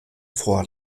vor